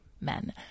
Men